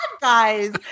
guys